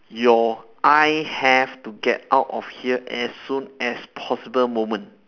your I have to get out of here as soon as possible moment